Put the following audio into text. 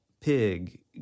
pig